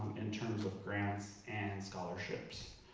in terms of grants and scholarships.